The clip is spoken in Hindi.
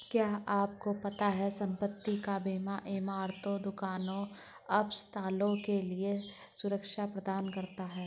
क्या आपको पता है संपत्ति का बीमा इमारतों, दुकानों, अस्पतालों के लिए सुरक्षा प्रदान करता है?